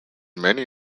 many